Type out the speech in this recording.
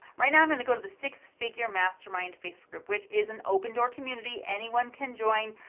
right now, i'm going to go to the six figure mastermind facebook group. which is an open-door community. anyone can join.